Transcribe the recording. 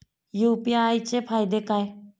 UPI चे फायदे काय?